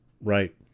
right